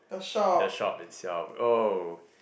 the shop itself oh